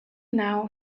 now